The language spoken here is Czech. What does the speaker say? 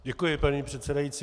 Děkuji, paní předsedající.